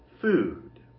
food